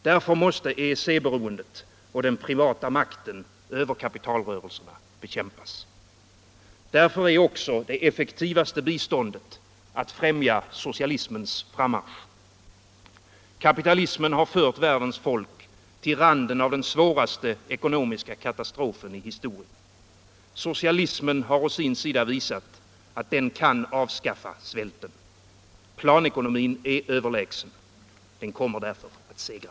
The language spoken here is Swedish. Därför måste EEC-beroendet och den privata makten över kapitalrörelserna bekämpas. Därför är också det effektivaste biståndet att främja socialismens frammarsch. Kapitalismen har fört världens folk till randen av den svåraste ekonomiska katastrofen. Socialismen har å sin sida visat att den kan avskaffa svälten. Planekonomin är överlägsen. Den kommer därför att segra.